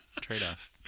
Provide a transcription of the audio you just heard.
trade-off